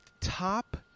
top